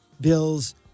bills